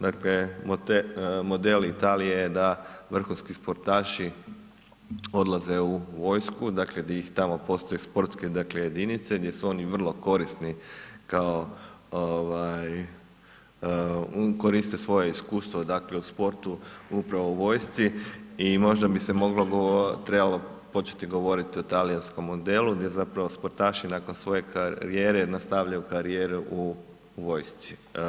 Dakle, model Italije da vrhunski sportaši odlaze u vojsku dakle di ih tamo postoje sportske dakle jedinice gdje su oni vrlo korisni kao koriste svoje iskustvo dakle u sportu, upravo u vojsci i možda bi se moglo govoriti, trebalo početi govoriti o talijanskom modelu gdje zapravo sportaši nakon svoje karijere nastavljaju karijeru u vojsci.